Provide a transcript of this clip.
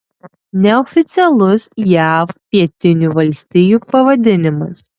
neoficialus jav pietinių valstijų pavadinimas